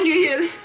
you